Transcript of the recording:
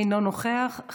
אינו נוכח,